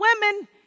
women